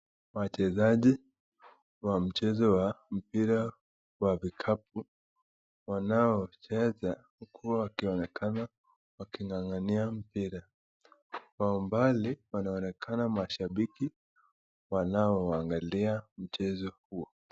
Wachezaji wa mchezo wa mpira wa vikapu wanaocheza huku wakionekana wakingangania mpira. Kwa umbali wanaonekana mashabiki wanaoangalia mchezo huo.